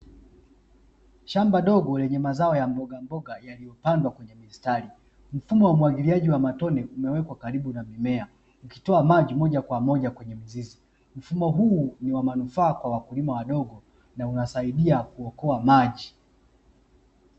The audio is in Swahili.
Shamba dogo lenye mazao ya mbogamboga yaliyopandwa kwenye mistari, mfumo wa umwagiliaji wa matone umewekwa karibu na mimea ukitoa maji moja kwa moja kwenye mizizi, mfumo huu ni wa manufaa kwa wakulima wadogo na unasaidia kuokoa maji.